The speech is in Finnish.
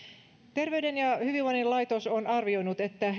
terveyden ja hyvinvoinnin laitos on arvioinut että